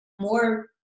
more –